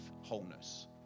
wholeness